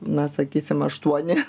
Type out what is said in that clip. na sakysim aštuoni